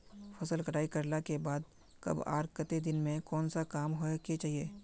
फसल कटाई करला के बाद कब आर केते दिन में कोन सा काम होय के चाहिए?